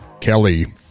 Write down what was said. kelly